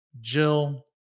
Jill